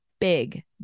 big